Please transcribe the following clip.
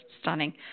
stunning